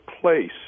place